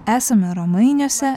esame romainiuose